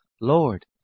Lord